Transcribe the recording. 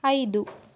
ಐದು